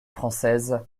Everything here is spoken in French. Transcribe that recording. française